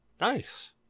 Nice